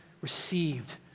received